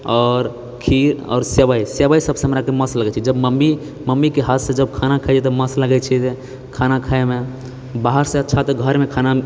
आओर खीर आओर सेबइ सेबइ सबसँ हमरा मस्त लगैत छै जब मम्मी मम्मीके हाथ से जब खाना खाय छियै तऽ मस्त लगैत छै खाना खायमे बाहरसँ अच्छा तऽ घरमे खाना